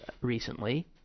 recently